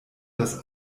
das